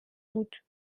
بود